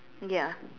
ya